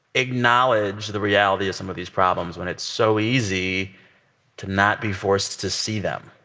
acknowledge the reality of some of these problems when it's so easy to not be forced to see them?